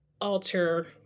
alter